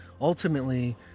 ultimately